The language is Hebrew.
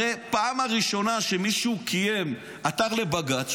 הרי בפעם הראשונה כשמישהו עתר לבג"ץ,